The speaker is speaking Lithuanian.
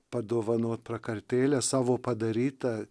padovanot prakartėlę savo padarytą